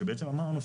שבעצם אמרנו,